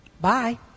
Bye